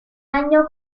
año